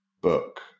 book